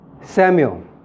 Samuel